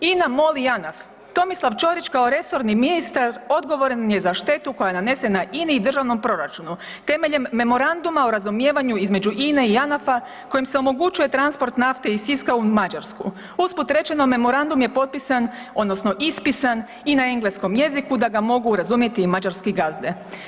INA, MOL i Janaf Tomislav Ćorić kao resorni ministar odgovoran je za štetu koja je nanesena INA-i i državnom proračunu temeljem memoranduma o razumijevanju između INA-e i Janafa kojim se omogućuje transport nafte iz Siska u Mađarsku, uz put rečeno memorandum je potpisan odnosno ispisan i na engleskom jeziku da ga mogu razumjeti i mađarski gazde.